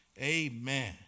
Amen